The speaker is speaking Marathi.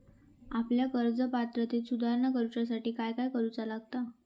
आपल्या कर्ज पात्रतेत सुधारणा करुच्यासाठी काय काय करूचा लागता?